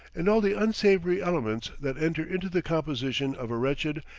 and all the unsavory elements that enter into the composition of a wretched,